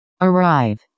Arrive